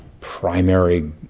primary